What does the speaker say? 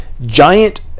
giant